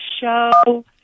show